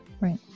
Right